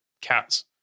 cats